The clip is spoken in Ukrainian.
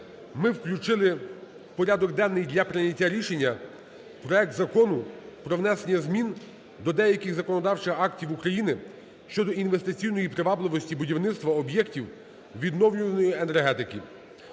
ми включили в порядок денний для прийняття рішення проект Закону про внесення змін до деяких законодавчих актів України (щодо інвестиційної привабливості будівництва об'єктів відновлювальної енергетики).